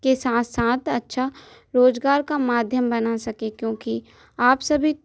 के साथ साथ अच्छा रोज़गार का माध्यम बना सकें क्योंकि आप सभी